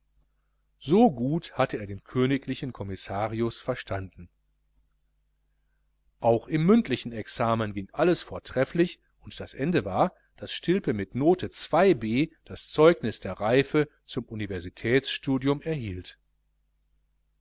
so gut hatte er den königlichen kommissarius verstanden auch im mündlichen examen ging alles vortrefflich und das ende war daß stilpe mit note b das zeugnis der reife zum universitätsstudium erhielt